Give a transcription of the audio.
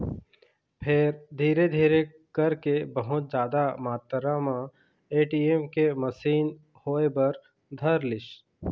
फेर धीरे धीरे करके बहुत जादा मातरा म ए.टी.एम के मसीन होय बर धरलिस